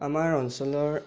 আমাৰ অঞ্চলৰ